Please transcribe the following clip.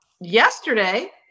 yesterday